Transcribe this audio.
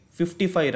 55